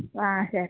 ആ ശരി